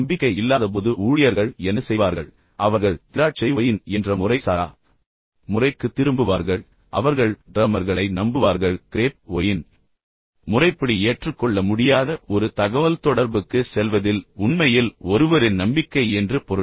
நம்பிக்கை இல்லாதபோது ஊழியர்கள் என்ன செய்வார்கள் எனவே அவர்கள் திராட்சை ஒயின் என்ற முறைசாரா முறைக்கு திரும்புவார்கள் அவர்கள் டிரம்மர்களை நம்புவார்கள் கிரேப் ஒயின் முறைப்படி ஏற்றுக்கொள்ள முடியாத ஒரு தகவல்தொடர்புக்கு செல்வதில் உண்மையில் ஒருவரின் நம்பிக்கை என்று பொருள்